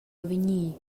avegnir